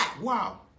Wow